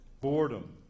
Boredom